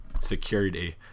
security